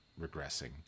regressing